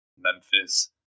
Memphis